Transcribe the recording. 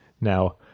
now